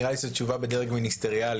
נראה לי שהתשובה בדרג מיניסטריאלי,